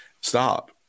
Stop